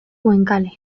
goenkale